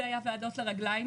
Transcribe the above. זה היה וועדות לרגליים,